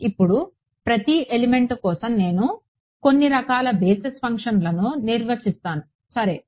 ఇప్పుడు ప్రతి ఎలిమెంట్కోసం నేను కొన్ని రకాల బేసిస్ ఫంక్షన్లను నిర్వచిస్తాను సరే